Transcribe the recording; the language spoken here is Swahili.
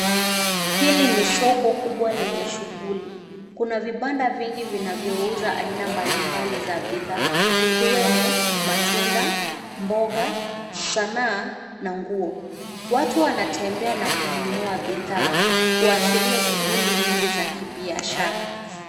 Hili ni soko kubwa lenye shughuli. Kuna vibanda vingi vinavyouza aina mbalimbali za bidhaa ikiwemo matunda ,mboga, sanaa na nguo. Watu wanatembea na kununua bidhaa kuashiria shughuli nyingi za kibiashara.